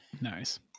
nice